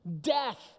death